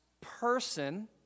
person